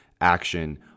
action